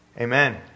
Amen